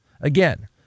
Again